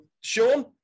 Sean